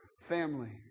family